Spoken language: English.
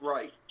Right